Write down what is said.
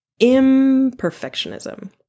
imperfectionism